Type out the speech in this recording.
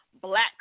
Black